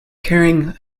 carrying